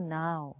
now